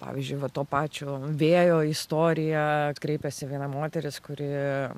pavyzdžiui va to pačio vėjo istorija kreipėsi viena moteris kuri